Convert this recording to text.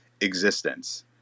existence